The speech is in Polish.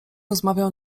rozmawiał